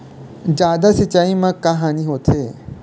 जादा सिचाई म का हानी होथे?